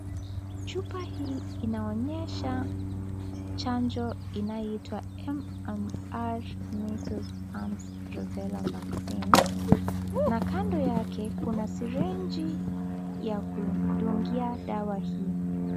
Chupa hii inaonyesha chanjo inayoitwa MMR measles mumps rubella vaccine na kando yake kuna sirinji ya kudungia dawa hiyo.